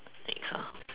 next